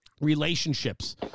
Relationships